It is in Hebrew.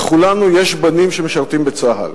לכולנו יש בנים שמשרתים בצה"ל,